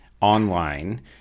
online